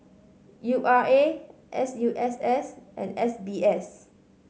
U R A S U S S and S B S